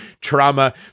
trauma